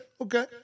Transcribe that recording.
okay